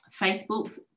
Facebooks